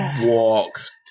walks